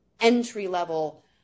entry-level